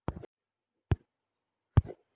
Online बीमा ला apply कर सकली हे?